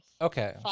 Okay